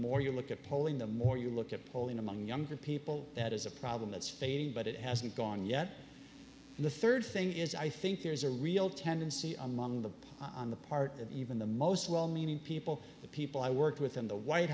more you look at polling the more you look at polling among younger people that is a problem that's fading but it hasn't gone yet the third thing is i think there's a real tendency among the on the part of even the most well meaning people the people i worked with in the white